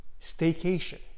Staycation